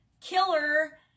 killer